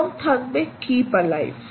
এবং থাকবে keep alive